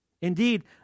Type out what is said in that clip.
Indeed